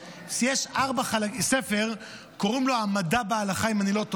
יש ספר, קוראים לו "המדע בהלכה", אם אני לא טועה,